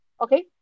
Okay